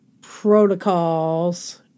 protocols